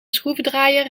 schroevendraaier